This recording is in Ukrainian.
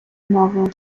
мовою